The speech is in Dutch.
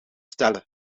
stellen